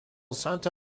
santa